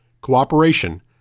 cooperation